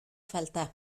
falta